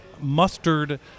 mustard